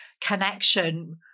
connection